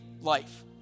life